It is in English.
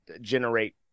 generate